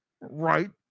Right